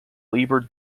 liber